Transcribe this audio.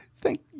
Thank